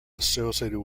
associated